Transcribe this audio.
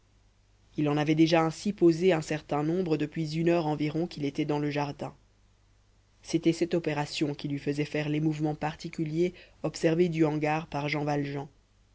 il en avait déjà ainsi posé un certain nombre depuis une heure environ qu'il était dans le jardin c'était cette opération qui lui faisait faire les mouvements particuliers observés du hangar par jean valjean